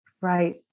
Right